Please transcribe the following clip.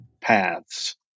paths